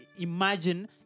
imagine